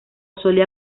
solía